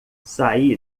saí